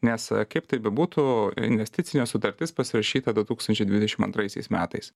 nes kaip tai bebūtų investicinė sutartis pasirašyta du tūkstančiai dvidešimt antraisiais metais